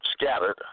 scattered